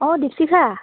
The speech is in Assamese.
অঁ দীপশীখা